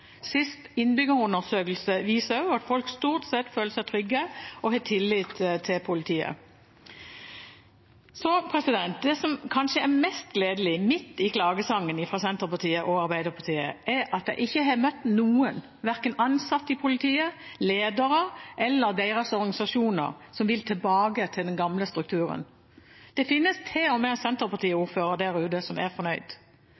innbyggerundersøkelse viser også at folk stort sett føler seg trygge og har tillit til politiet. Det som kanskje er mest gledelig, midt i klagesangen fra Senterpartiet og Arbeiderpartiet, er at jeg ikke har møtt noen, verken ansatte i politiet, ledere eller deres organisasjoner, som vil tilbake til den gamle strukturen. Det finnes